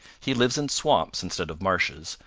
he lives in swamps instead of marshes,